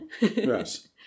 yes